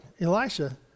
Elisha